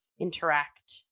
interact